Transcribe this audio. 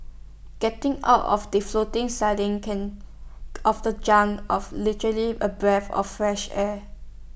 getting out of that floating sardine can of the junk of literally A breath of fresh air